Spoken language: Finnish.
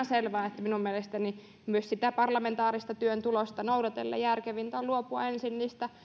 selvää minun mielestäni että myös sen parlamentaarisen työn tulosta noudatellen järkevintä on luopua ensin